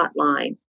hotline